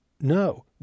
No